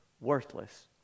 worthless